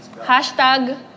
Hashtag